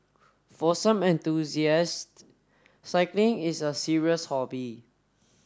for some enthusiasts cycling is a serious hobby